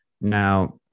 Now